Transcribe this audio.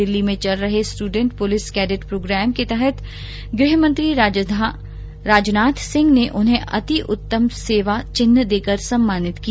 दिल्ली में चल रहे स्टूडेंट पुलिस कैडेट प्रोग्राम के तहत गृह मंत्री राजस्थान सिंह ने उन्हें अति उतम सेवा चिन्ह देकर सम्मानित किया